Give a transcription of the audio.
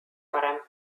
parem